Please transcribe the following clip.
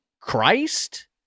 Christ